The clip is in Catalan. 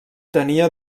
tenia